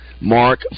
Mark